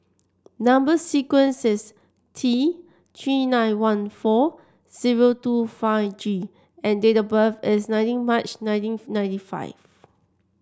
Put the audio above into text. number sequence is T Three nine one four zero two five G and date of birth is nineteen March nineteen ninety five